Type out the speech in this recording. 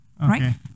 right